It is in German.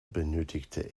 benötigte